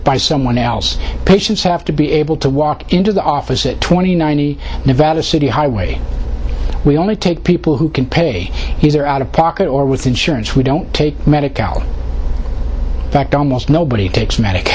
by someone else patients have to be able to walk into the office at twenty ninety nine that are city highway we only take people who can pay his or out of pocket or with insurance we don't take medical fact almost nobody takes medica